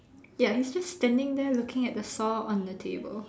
ya he's just standing there looking at the saw on the table